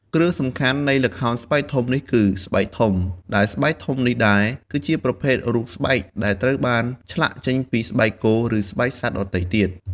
គ្រឿងសំខាន់នៃល្ខោនស្បែកធំនេះគឺ ស្បែកធំ ដែលស្បែកធំនេះដែរ គឺជាប្រភេទ រូបស្បែក ដែលត្រូវបានឆ្លាក់ចេញពី ស្បែកគោ ឬពីស្បែកសត្វដទៃទៀត។